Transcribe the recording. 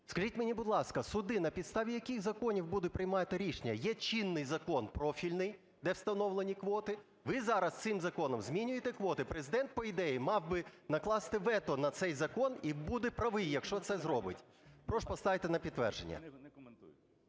Скажіть мені, будь ласка, суди на підставі яких законів будуть приймати рішення? Є чинний закон, профільний, де встановлені квоти, ви зараз цим законом змінюєте квоти. Президент, по ідеї, мав би накласти вето на цей закон, і буде правий, якщо це зробить. Прошу поставити на підтвердження.